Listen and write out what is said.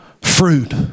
fruit